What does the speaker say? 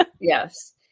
Yes